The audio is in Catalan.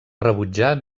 rebutjar